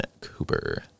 Cooper